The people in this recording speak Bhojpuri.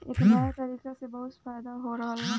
ए नया तरीका से बहुत फायदा हो रहल बा